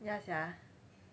ya sia